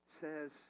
says